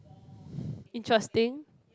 interesting